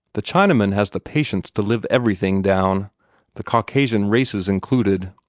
the chinaman has the patience to live everything down the caucasian races included.